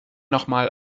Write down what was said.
nochmal